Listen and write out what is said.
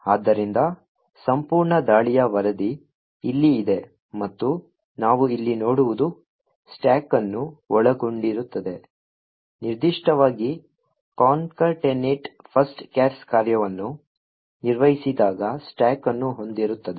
ಆದ್ದರಿಂದ ಸಂಪೂರ್ಣ ದಾಳಿಯ ವರದಿ ಇಲ್ಲಿ ಇದೆ ಮತ್ತು ನಾವು ಇಲ್ಲಿ ನೋಡುವುದು ಸ್ಟಾಕ್ ಅನ್ನು ಒಳಗೊಂಡಿರುತ್ತದೆ ನಿರ್ದಿಷ್ಟವಾಗಿ concatenate first chars ಕಾರ್ಯವನ್ನು ನಿರ್ವಹಿಸಿದಾಗ ಸ್ಟಾಕ್ ಅನ್ನು ಹೊಂದಿರುತ್ತದೆ